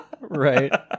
Right